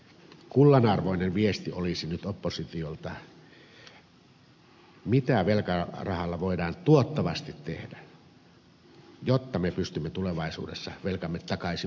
kullanarvoinen viesti olisi nyt oppositiolta mitä velkarahalla voidaan tuottavasti tehdä jotta me pystymme tulevaisuudessa velkamme takaisin maksamaan